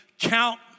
count